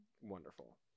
wonderful